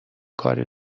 کار